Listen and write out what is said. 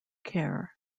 care